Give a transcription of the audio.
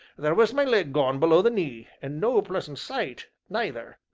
there was my leg gone below the knee, and no pleasant sight, neither.